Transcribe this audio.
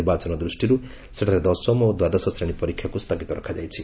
ନିର୍ବାଚନ ଦୃଷ୍ଟିରୁ ସେଠାରେ ଦଶମ ଓ ଦ୍ୱାଦଶ ଶ୍ରେଣୀ ପରୀକ୍ଷାକ୍ ସୁଗିତ ରଖାଯାଇଛି